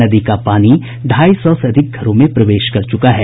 नदी का पानी ढ़ाई सौ से अधिक घरों में प्रवेश कर चुका है